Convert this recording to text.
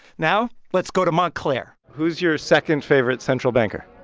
now let's go to montclair who's your second favorite central banker?